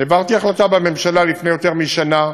העברתי החלטה בממשלה לפני יותר משנה,